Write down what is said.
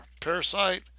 parasite